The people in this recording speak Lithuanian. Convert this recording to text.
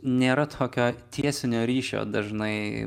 nėra tokio tiesinio ryšio dažnai